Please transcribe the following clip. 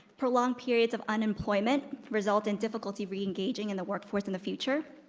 prolonged periods of unemployment result in difficulty reengaging in the workforce in the future.